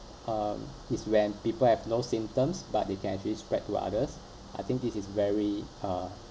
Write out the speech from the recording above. uh is when people have no symptoms but they can actually spread to others I think this is very uh